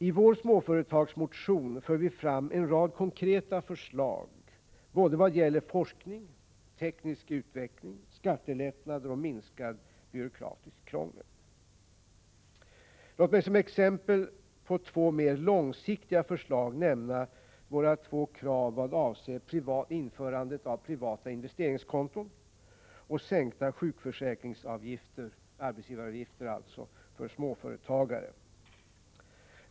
I vår småföretagsmotion för vi fram en rad konkreta förslag både vad gäller forskning, teknisk utveckling, skattelättnader och minskat byråkratiskt krångel. Låt mig som exempel på två mer långsiktiga förslag nämna våra två krav vad avser införandet av privata investeringskonton och sänkta sjukförsäkringsavgifter — alltså arbetsgivaravgifter — för småföretagare.